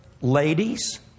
Ladies